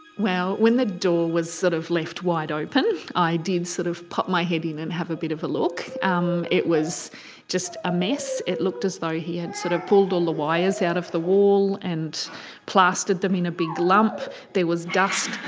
well when the door was sort of left wide open i did sort of pop my head in and have a bit of a look. um it was just a mess. it looked as though he had sort of pulled all the wires out of the wall and plastered them in a big lump. there was dust,